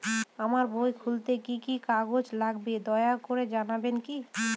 আমার বই খুলতে কি কি কাগজ লাগবে দয়া করে জানাবেন কি?